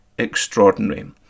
extraordinary